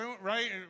right